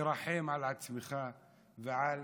תרחם על עצמך ועל